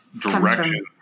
direction